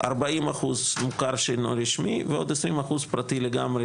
ארבעים אחוז מוכר שאינו רשמי ועוד עשרים אחוז פרטי לגמרי,